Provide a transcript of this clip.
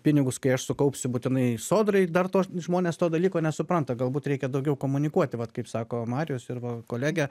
pinigus kai aš sukaupsiu būtinai sodrai dar to žmonės to dalyko nesupranta galbūt reikia daugiau komunikuoti vat kaip sako marius ir va kolegė